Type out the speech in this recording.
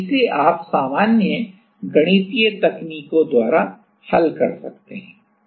और इसे आप सामान्य गणितीय तकनीकों द्वारा हल कर सकते हैं